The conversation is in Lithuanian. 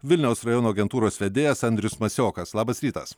vilniaus rajono agentūros vedėjas andrius masiokas labas rytas